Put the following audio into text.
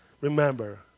remember